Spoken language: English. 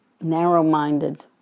narrow-minded